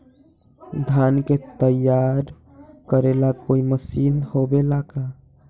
धान के तैयार करेला कोई मशीन होबेला का?